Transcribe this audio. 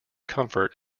comfort